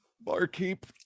Barkeep